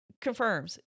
confirms